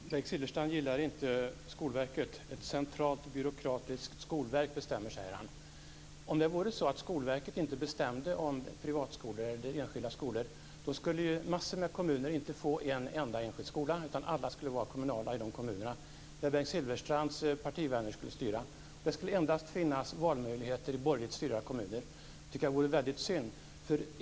Herr talman! Bengt Silfverstrand gillar inte Skolverket. Ett centralt byråkratiskt skolverk bestämmer, säger han. Om det vore så att Skolverket inte bestämde om enskilda skolor så skulle massor av kommuner inte få en enda enskild skola, utan alla skolor skulle vara kommunala i de kommuner där Bengt Silfverstrands partivänner styr. Det skulle endast finnas valmöjlighet i borgerligt styrda kommuner. Det tycker jag vore väldigt synd.